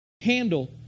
handle